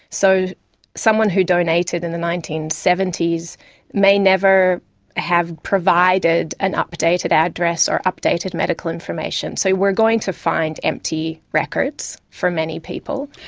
so someone who donated in the nineteen seventy s may never have provided an updated address or updated medical information. so we're going to find empty records for many people.